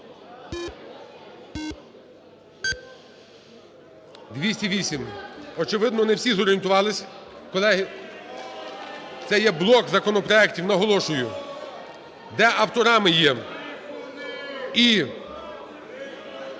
208, очевидно, не всі зорієнтувалися. Колеги, це є блок законопроектів, наголошую, де авторами є